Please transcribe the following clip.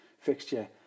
fixture